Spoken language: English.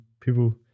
people